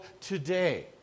today